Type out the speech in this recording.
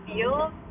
feel